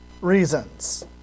reasons